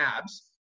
abs